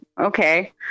okay